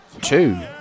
two